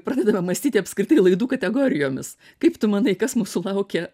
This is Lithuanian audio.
pradedame mąstyti apskritai laidų kategorijomis kaip tu manai kas mūsų laukia